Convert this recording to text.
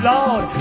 Lord